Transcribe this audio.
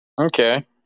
Okay